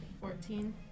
Fourteen